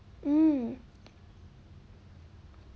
mm